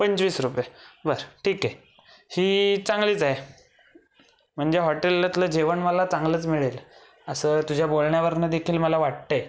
पंचवीस रुपये बर ठीक आहे ही चांगलीच आहे म्हणजे हॉटेलातलं जेवण मला चांगलंच मिळेल असं तुझ्या बोलण्यावरनंदेखील मला वाटतं आहे